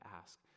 ask